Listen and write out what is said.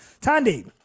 Tandy